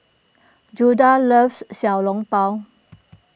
Judah loves Xiao Long Bao